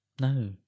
No